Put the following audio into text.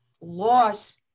loss